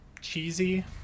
cheesy